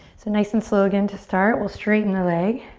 so nice and slow again. to start, we'll straighten the leg.